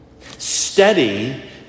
steady